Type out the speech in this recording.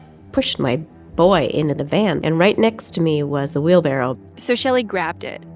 pushed my boy into the van and right next to me was a wheelbarrow so shelley grabbed it,